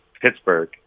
Pittsburgh